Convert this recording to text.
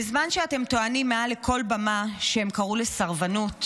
בזמן שאתם טוענים מעל לכל במה שהם קראו לסרבנות,